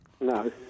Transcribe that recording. No